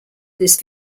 this